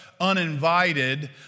uninvited